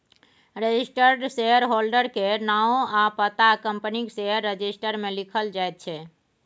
registered shareholder केर नाओ आ पता कंपनीक शेयर रजिस्टर मे लिखल जाइ छै